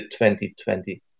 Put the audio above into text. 2020